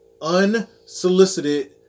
unsolicited